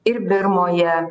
ir birmoje